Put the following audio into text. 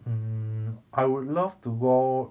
mm I would love to go